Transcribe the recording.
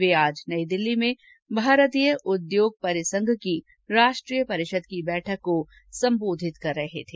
वे आज नई दिल्ली में भारतीय उद्योग परिसंघ की राष्ट्रीय परिषद की बैठक को संबोधित कर रहे थे